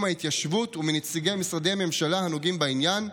ההתיישבות ומנציגי משרדי הממשלה הנוגעים בעניין,